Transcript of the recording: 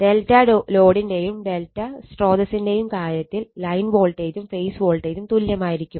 ∆ ലോഡിന്റെയും ∆ സ്രോതസ്സിന്റെയും കാര്യത്തിൽ ലൈൻ വോൾട്ടേജും ഫേസ് വോൾട്ടേജും തുല്യമായിരിക്കും